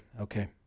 okay